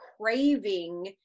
craving